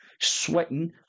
sweating